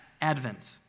advent